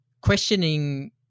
questioning